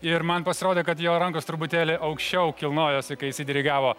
ir man pasirodė kad jo rankos truputėlį aukščiau kilnojosi kai jis dirigavo